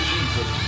Jesus